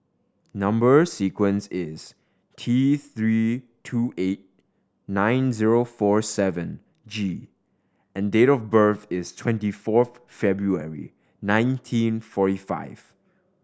number sequence is T Three two eight nine zero four seven G and date of birth is twenty fourth February nineteen forty five